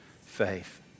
faith